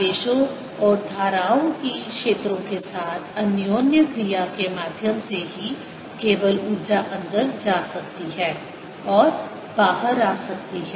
आवेशों और धाराओं की क्षेत्रों के साथ अन्योन्य क्रिया के माध्यम से ही केवल ऊर्जा अंदर जा सकती है और बाहर आ सकती है